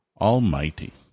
Almighty